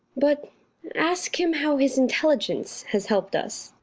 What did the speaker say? but ask him how his intelli gence has helped us.